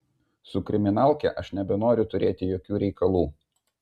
su kriminalke aš nebenoriu turėti jokių reikalų